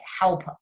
help